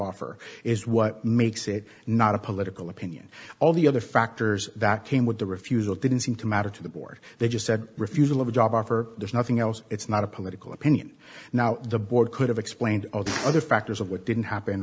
offer is what makes it not a political opinion all the other factors that came with the refusal didn't seem to matter to the board they just said refusal of a job offer there's nothing else it's not a political opinion now the board could have explained other factors of what did happen